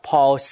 Paul